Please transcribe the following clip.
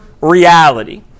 reality